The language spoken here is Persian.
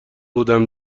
بودم